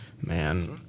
man